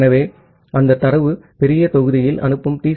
ஆகவே அந்தத் தரவு பெரிய தொகுதியில் அனுப்பும் டி